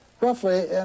roughly